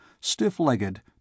Stiff-legged